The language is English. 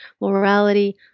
morality